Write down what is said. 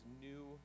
new